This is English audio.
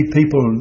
people